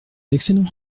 excellent